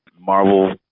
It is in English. Marvel